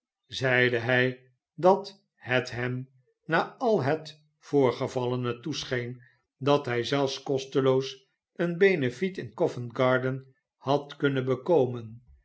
zeide hij dat het hem na al het voorgevallene toescheen dat hij zelfs kosteloos een beneflet in govent garden had kunnenbek omen